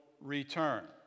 return